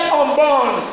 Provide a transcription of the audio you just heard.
unborn